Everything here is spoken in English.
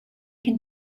can